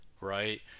right